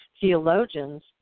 theologians